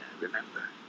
remember